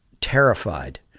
Terrified